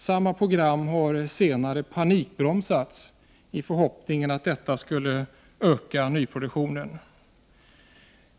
Samma program har senare panikbromsats i förhoppningen att detta skulle öka nyproduktionen.